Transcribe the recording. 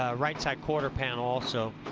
ah right side quarter panel so